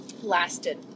lasted